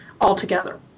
altogether